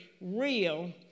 real